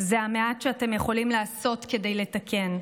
זה המעט שאתם יכולים לעשות כדי לתקן.